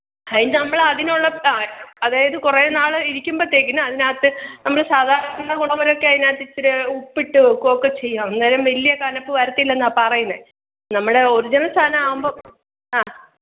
അതിന് നമ്മൾ അതിനുള്ള ആ അതായത് കുറേ നാൾ ഇരിക്ക്മ്പത്തേക്കിനും അതിനകത്ത് നമ്മൾ സാധാരാണ അതിനകത്ത് ഇച്ചരെ ഉപ്പിട്ട് വെക്കുകയൊക്കെ ചെയ്യാം അന്നേരം വലിയ കനപ്പ് വരത്തില്ലെന്നാ പറയുന്നത് നമ്മുടെ ഒറിജിനല് സാധനം ആവുമ്പം ആഹ്